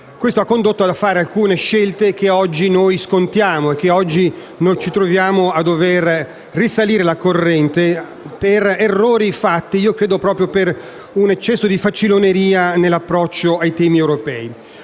Questo ha condotto ad alcune scelte che oggi scontiamo. Oggi ci troviamo a dover risalire la corrente per errori fatti per un eccesso di faciloneria nell'approccio ai temi europei